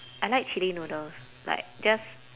I like chilli noodles like just